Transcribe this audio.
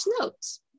notes